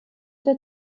der